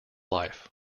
life